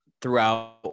throughout